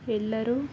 ಎಲ್ಲರೂ